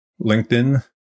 LinkedIn